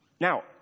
Now